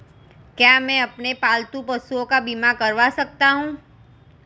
क्या मैं अपने पालतू पशुओं का बीमा करवा सकता हूं?